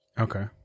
Okay